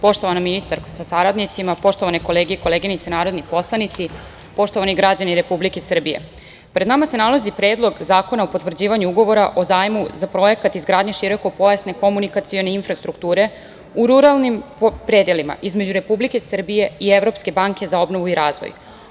Poštovana ministarko sa saradnicima, poštovane kolege i koleginice narodni poslanici, poštovani građani Republike Srbije, pred nama se nalazi Predlog zakona o potvrđivanju Ugovora o zajmu za projekat izgradnje širokopojasne komunikacione infrastrukture u ruralnim predelima između Republike Srbije i Evropske banke za obnovu i razvoj.